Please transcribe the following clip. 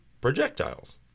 projectiles